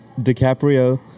DiCaprio